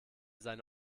seine